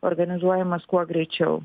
organizuojamas kuo greičiau